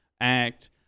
act